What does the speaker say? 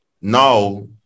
now